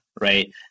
Right